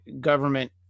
government